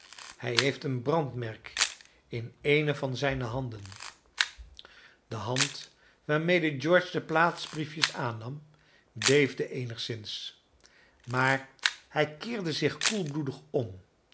hij heeft een brandmerk in eene van zijne handen de hand waarmede george de plaatsbriefjes aannam beefde eenigszins maar hij keerde zich koelbloedig om